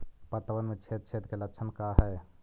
पतबन में छेद छेद के लक्षण का हइ?